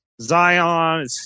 Zion